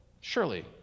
surely